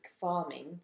farming